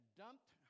dumped